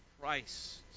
Christ